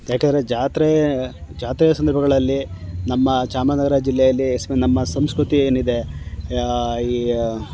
ಯಾಕೆಂದ್ರೆ ಜಾತ್ರೆ ಜಾತ್ರೆಯ ಸಂದರ್ಭಗಳಲ್ಲಿ ನಮ್ಮ ಚಾಮರಾಜನಗರ ಜಿಲ್ಲೆಯಲ್ಲಿ ಎಸ್ಪೆಷಲಿ ನಮ್ಮ ಸಂಸ್ಕೃತಿ ಏನಿದೆ ಈ